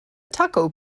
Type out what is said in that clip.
taco